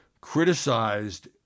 criticized